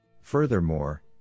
Furthermore